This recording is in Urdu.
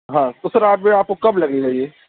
ہاں تو سر رات میں آپ کو کب لگے گا یہ